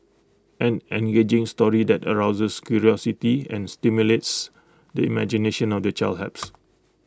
an engaging story that arouses curiosity and stimulates the imagination of the child helps